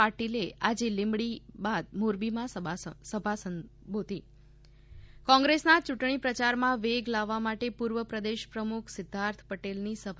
પાટિલએ આજે લીંબડી બાદ મોરબીમાં સભા સંબોધી કોંગ્રેસના ચૂંટણી પ્રયારમાં વેગ લાવવા માટે પૂર્વ પ્રદેશ પ્રમુખ સિધ્ધાર્થ પટેલની સભા